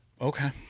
Okay